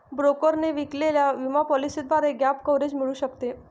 ब्रोकरने विकलेल्या विमा पॉलिसीद्वारे गॅप कव्हरेज मिळू शकते